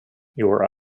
your